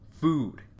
food